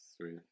Sweet